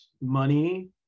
money